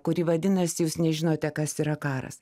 kuri vadinasi jūs nežinote kas yra karas